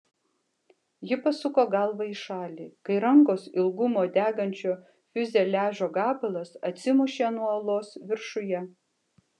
ji pasuko galvą į šalį kai rankos ilgumo degančio fiuzeliažo gabalas atsimušė nuo uolos viršuje